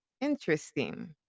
interesting